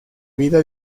vida